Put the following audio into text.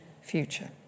future